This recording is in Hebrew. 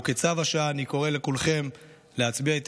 כצו השעה אני קורא לכולכם להצביע איתי